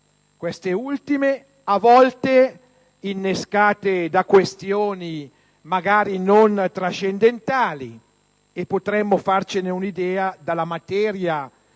queste ultime, a volte innescate da questioni magari non trascendentali (e potremmo farcene un'idea dalla materia di